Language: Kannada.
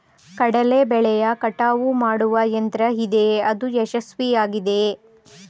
ಕಡಲೆ ಬೆಳೆಯ ಕಟಾವು ಮಾಡುವ ಯಂತ್ರ ಇದೆಯೇ? ಅದು ಯಶಸ್ವಿಯಾಗಿದೆಯೇ?